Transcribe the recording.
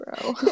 bro